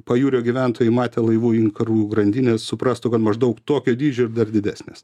pajūrio gyventojai matę laivų inkarų grandines suprastų kad maždaug tokio dydžio ir dar didesnės